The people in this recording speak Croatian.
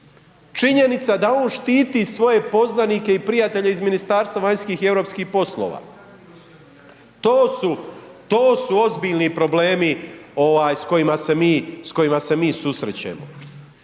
Činjenica da on štiti svoje poznanike i prijatelje iz Ministarstva vanjskih i europskih poslova, to su ozbiljni problemi s kojima se mi susrećemo